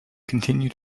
continue